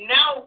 Now